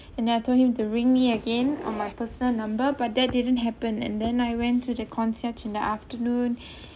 and then I told him to ring me again on my personal number but that didn't happen and then I went through the concierge in the afternoon